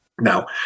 Now